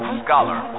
scholar